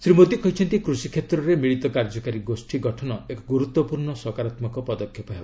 ଶ୍ରୀ ମୋଦୀ କହିଛନ୍ତି କୃଷି କ୍ଷେତ୍ରରେ ମିଳିତ କାର୍ଯ୍ୟକାରୀ ଗୋଷୀ ଗଠନ ଏକ ଗୁରୁତ୍ୱପୂର୍ଣ୍ଣ ସକାରାତ୍ମକ ପଦକ୍ଷେପ ହେବ